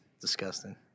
disgusting